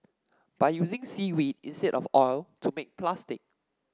by using seaweed instead of oil to make plastic